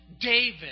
David